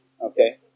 Okay